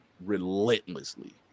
relentlessly